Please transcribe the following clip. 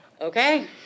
Okay